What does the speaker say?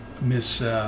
Miss